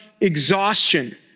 exhaustion